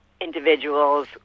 individuals